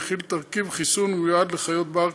ומכיל תרכיב חיסון המיועד לחיות בר,